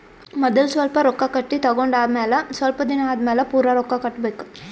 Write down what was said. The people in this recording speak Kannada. ಮದಲ್ ಸ್ವಲ್ಪ್ ರೊಕ್ಕಾ ಕಟ್ಟಿ ತಗೊಂಡ್ ಆಮ್ಯಾಲ ಸ್ವಲ್ಪ್ ದಿನಾ ಆದಮ್ಯಾಲ್ ಪೂರಾ ರೊಕ್ಕಾ ಕಟ್ಟಬೇಕ್